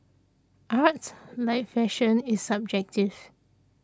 art like fashion is subjective